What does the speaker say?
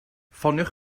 ffoniwch